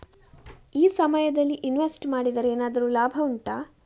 ಈ ಸಮಯದಲ್ಲಿ ಇನ್ವೆಸ್ಟ್ ಮಾಡಿದರೆ ಏನಾದರೂ ಲಾಭ ಉಂಟಾ